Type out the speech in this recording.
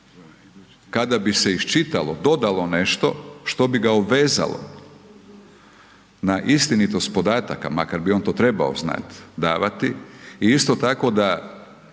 kada bi se iščitalo, dodalo nešto što bi ga obvezalo na istinitost podataka, makar bi on to trebao znati, davati, i isto tako, da,